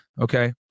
okay